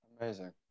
Amazing